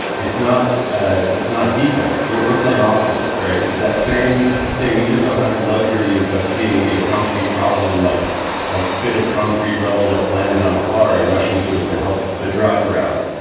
it's not ah it's not defense. we're playing ah offense. right. it's that same thing. we just don't have the luxury of seeing a concrete problem like a bit of concrete rubble that's landed on a car and rushing to it to help the driver out.